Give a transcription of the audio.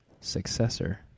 successor